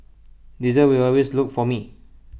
diesel will always look for me